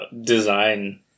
design